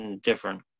different